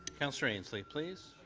councillor ainslie, please.